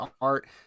art